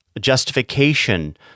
justification